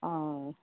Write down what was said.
आं